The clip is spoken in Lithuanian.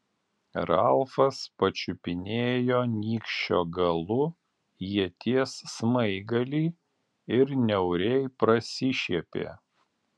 ralfas pačiupinėjo nykščio galu ieties smaigalį ir niauriai prasišiepė